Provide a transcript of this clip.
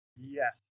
Yes